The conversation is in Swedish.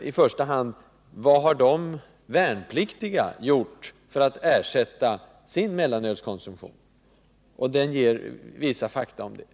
i första hand vissa fakta om vad de värnpliktiga ersatt sin mellanölskonsumtion med.